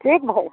ठीक भाई